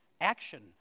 action